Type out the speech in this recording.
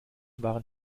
waren